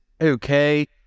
Okay